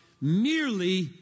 merely